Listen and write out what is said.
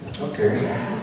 Okay